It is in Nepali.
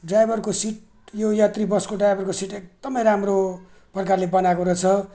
ड्राइभरको सिट यो यात्रीबसको ड्राइभरको सिट एकदमै राम्रो प्रकारले बनाएको रहेछ